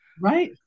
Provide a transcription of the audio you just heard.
Right